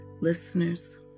Listeners